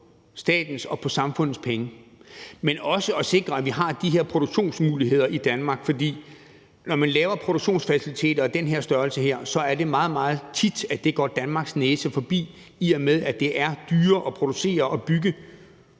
statens og på samfundets penge. Men det er også for at sikre, at vi har de her produktionsmuligheder i Danmark, for når man laver produktionsfaciliteter i den her størrelse, er det meget, meget tit, at det går Danmarks næse forbi, i og med at det er dyrere at producere og bygge